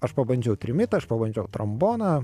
aš pabandžiau trimitą aš pabandžiau tromboną